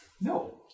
No